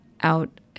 out